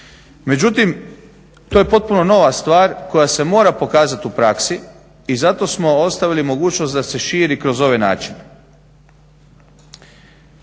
Međutim, to je potpuno nova stvar koja se mora pokazat u praksi i zato smo ostavili mogućnost da se širi kroz ove načine.